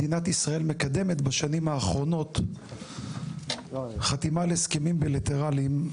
מדינת ישראל מקדמת בשנים האחרונות חתימה על הסכמים בילטרליים.